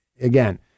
again